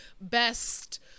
best